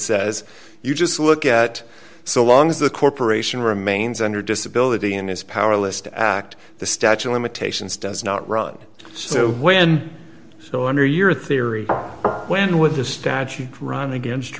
says you just look at so long as the corporation remains under disability and is powerless to act the statue of limitations does not run so when so under your theory when with a statute run against